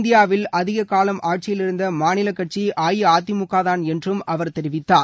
இந்தியாவில் அதிகக் காலம் ஆட்சியிலிருந்த மாநில கட்சி அஇஅதிமுகதான் என்றும் அவர் தெரிவித்தார்